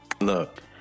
Look